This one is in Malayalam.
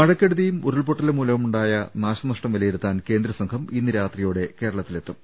മഴക്കെടുതിയും ഉരുൾപൊട്ടലും മൂലമുണ്ടായ നാശ നഷ്ടം വിലയിരുത്താൻ കേന്ദ്രസംഘം ഇന്ന് രാത്രിയോടെ കേരളത്തിലെത്തും